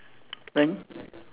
when